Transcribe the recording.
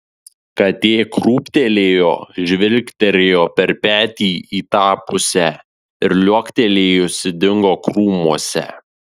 katė krūptelėjo žvilgterėjo per petį į tą pusę ir liuoktelėjusi dingo krūmuose